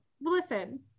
listen